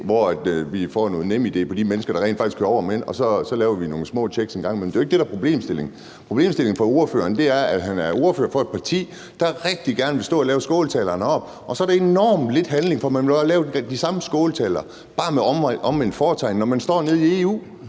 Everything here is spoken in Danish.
hvor vi får noget NemID på de mennesker, der rent faktisk kører over grænsen, og vi så laver nogle små tjek en gang imellem. Det er jo ikke det, der er problemstillingen. Problemstillingen for ordføreren er, at han er ordfører for et parti, der rigtig gerne vil stå og lave skåltalerne, og at der så er enormt lidt handling. For man laver de samme skåltaler, bare med omvendt fortegn, når man står nede i EU,